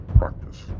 practice